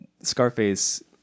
Scarface